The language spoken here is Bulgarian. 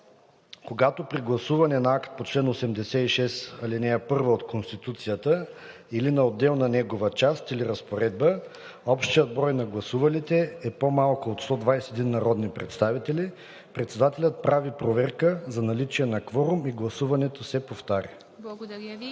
Когато при гласуване на акт по чл. 86, ал. 1 от Конституцията или на отделна негова част или разпоредба общият брой на гласувалите е по-малко от 121 народни представители, председателят прави проверка за наличие на кворум и гласуването се повтаря.“